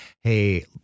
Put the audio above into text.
Hey